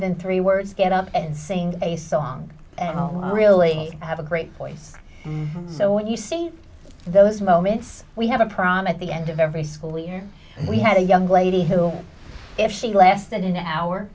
than three words get up and sing a song and know really have a great voice so when you see those moments we have a problem at the end of every school year and we had a young lady who if she lasted an hour